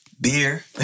beer